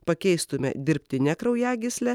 pakeistume dirbtine kraujagysle